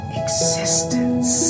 existence